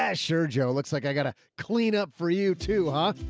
yeah sure, joe, it looks like i gotta clean up for you too, huh?